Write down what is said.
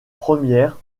premières